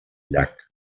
llac